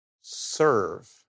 serve